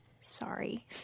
sorry